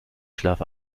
schlaf